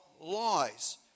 lies